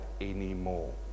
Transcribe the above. anymore